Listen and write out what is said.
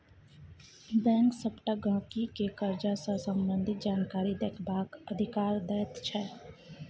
bank सबटा गहिंकी केँ करजा सँ संबंधित जानकारी देखबाक अधिकार दैत छै